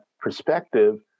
perspective